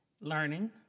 learning